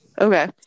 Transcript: Okay